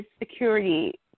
security